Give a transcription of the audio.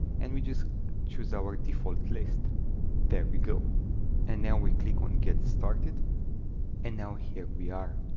and we just choose our default list there we go and now we click on get started and now here we are